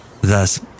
Thus